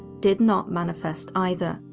did not manifest either.